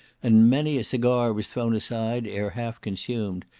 and many a cigar was thrown aside, ere half consumed,